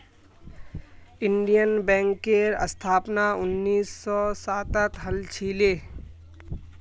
Indian बैंकेर स्थापना उन्नीस सौ सातत हल छिले